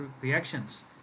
reactions